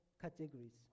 categories